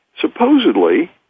supposedly